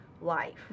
life